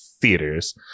theaters